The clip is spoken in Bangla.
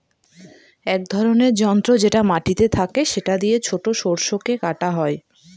এক ধরনের যন্ত্র যেটা মাটিতে থাকে সেটা দিয়ে ছোট শস্যকে কাটা হয়